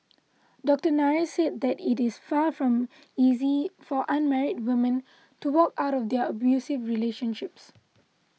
Doctor Nair said that it is far from easy for unmarried women to walk out of their abusive relationships